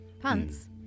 Pants